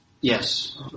Yes